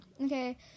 Okay